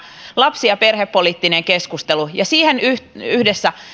lapsi ja perhepoliittinen keskustelu ja siihen yhdessä